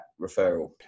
referral